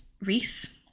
Reese